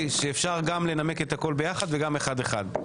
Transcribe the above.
שאפשר גם לנמק את הכול ביחד וגם אחד אחד.